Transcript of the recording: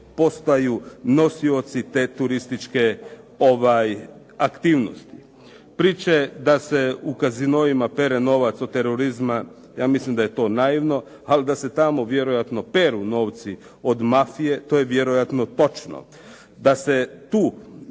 postaju nosioci te turističke aktivnosti. Priče da se u kasinoima pere novac od terorizma, ja mislim da je to naivno, ali da se tamo vjerojatno peru novci od mafije. To je vjerojatno točno. Da se tu